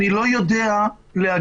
אני לא יודע להגיד,